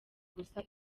gusa